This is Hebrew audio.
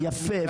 יפה,